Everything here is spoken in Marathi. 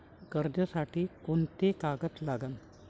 कर्जसाठी कोंते कागद लागन?